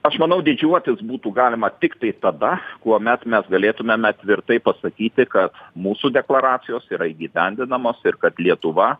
aš manau didžiuotis būtų galima tiktai tada kuomet mes galėtumėme tvirtai pasakyti kad mūsų deklaracijos yra įgyvendinamos ir kad lietuva